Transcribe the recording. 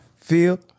feel